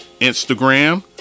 Instagram